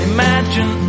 Imagine